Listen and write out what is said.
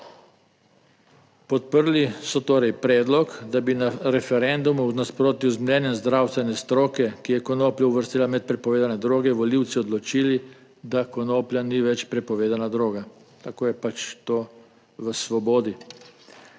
Podprli so torej predlog, da bi na referendumu v nasprotju z mnenjem zdravstvene stroke, ki je konopljo uvrstila med prepovedane droge, volivci odločili, da konoplja ni več prepovedana droga. Tako je pač to v svobodi.